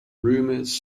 rumours